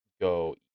go